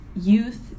youth